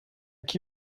qui